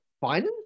fun